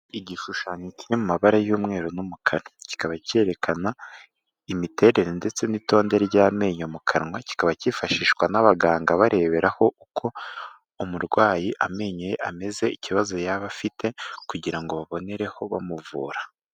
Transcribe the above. Igishushanyo cyamabara y'umweru n'umukara kikaba cyerekana imiterere ndetse n'itonde ry'amenyo mu kanwa kikaba cyifashishwa n'abaganga bareberaho uko umurwayi amenyo ameze ikibazo yaba afite kugira babonereho bamuvura.